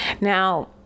Now